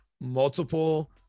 Multiple